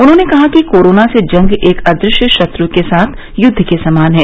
उन्होंने कहा कि कोरोना से जंग एक अदृश्य शत्र के साथ युद्व के समान है